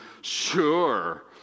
Sure